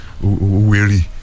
weary